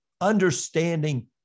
understanding